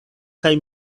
kaj